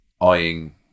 eyeing